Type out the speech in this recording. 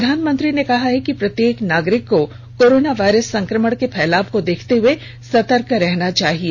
प्रधानमंत्री ने कहा है कि प्रत्येक नागरिक को कोरोना वायरस संक्रमण के फैलाव को देखते हए सतर्क रहना चाहिए